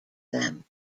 them